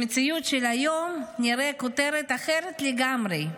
במציאות של היום נראה כותרת אחרת לגמרי: